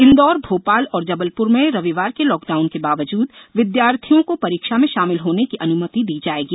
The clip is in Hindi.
इंदौर भोपाल और जबलप्र में रविवार के लॉकडाउन के बावजूद विद्यार्थियों को परीक्षा में शामिल होने की अन्मति दी जाएगी